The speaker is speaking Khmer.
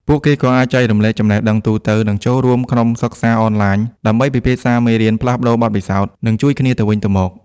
ពួកគេក៏អាចចែករំលែក ចំណេះដឹងទូទៅ និងចូលរួម ក្រុមសិក្សាអនឡាញ ដើម្បីពិភាក្សាមេរៀន ផ្លាស់ប្ដូរបទពិសោធន៍ និងជួយគ្នាទៅវិញទៅមក។